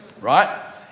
right